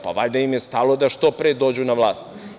Pa, valjda im je stalo da što pre dođu na vlast.